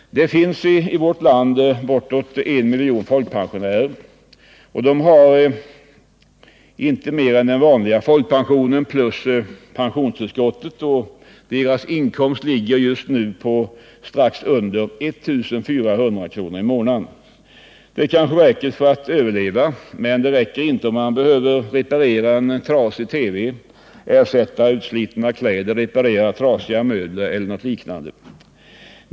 Det finns i vårt land bortåt en miljon folkpensionärer, och de har inte mer än den vanliga folkpensionen plus pensionstillskottet. Deras inkomst ligger just nu under 1 400 kr. i månaden. Det kanske räcker för att överleva, men det räcker inte om man behöver reparera en trasig TV, ersätta utslitna kläder, reparera trasiga möbler eller något liknande.